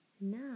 Now